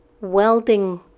welding